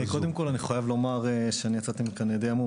קודם כול אני חייב לומר שאני די המום.